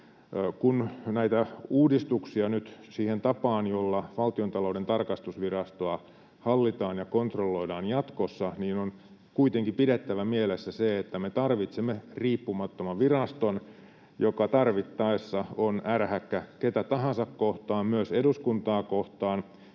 Kun näitä uudistuksia nyt tehdään siihen tapaan, jolla Valtiontalouden tarkastusvirastoa hallitaan ja kontrolloidaan jatkossa, niin on kuitenkin pidettävä mielessä se, että me tarvitsemme riippumattoman viraston, joka tarvittaessa on ärhäkkä ketä tahansa kohtaan, myös eduskuntaa kohtaan.